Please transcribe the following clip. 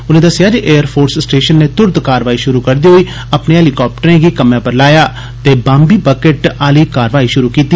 उनें दस्सेआ जे एयर फोर्स स्टेशन नै तुरत कारवाई शुरु करदे होई अपने हैली काप्टरें गी कम्मै पर लाया ते बाम्ब बकेट आली कारवाई शुरु कीती